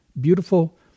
Beautiful